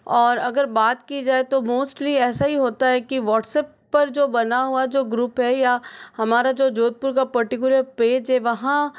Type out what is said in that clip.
और अगर बात की जाए तो मोस्टली ऐसा ही होता है कि व्हाट्सएप पर जो बना हुआ जो ग्रुप है या हमारा जो जोधपुर का पार्टिकुलर पेज है वहाँ